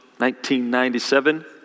1997